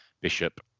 Bishop